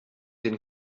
den